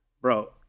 Bro